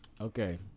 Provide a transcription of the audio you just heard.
Okay